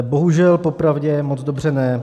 Bohužel, popravdě moc dobře ne.